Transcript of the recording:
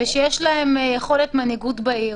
ושיש להם יכולת מנהיגות בעיר.